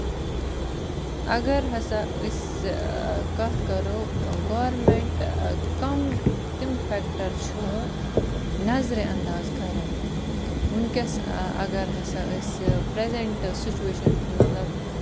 اَگر ہسا أسۍ کَتھ کرو گورمینٛٹ کَم تِم فیکٹر چھِوٕ نَظرِ اَنٛداز کران ؤنکیٚس اَگر ہسا أسۍ پریزینٛٹہٕ سُچویشَن مطلب